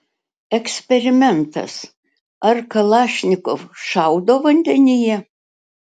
eksperimentas ar kalašnikov šaudo vandenyje